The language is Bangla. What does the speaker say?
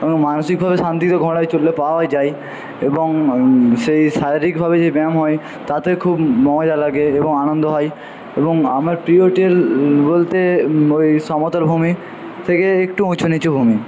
এবং মানসিকভাবে শান্তি তো ঘোড়ায় চড়লে পাওয়াই যায় এবং সেই শারীরিকভাবে যে ব্যায়াম হয় তাতে খুব মজা লাগে এবং আনন্দ হয় এবং আমার প্রিয় ট্রেল বলতে ওই সমতল ভূমি থেকে একটু উঁচু নীচু ভূমি